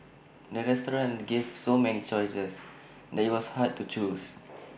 the restaurant gave so many choices that IT was hard to choose